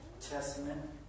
Testament